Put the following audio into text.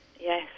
Yes